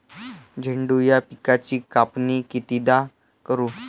झेंडू या पिकाची कापनी कितीदा करू?